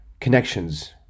connections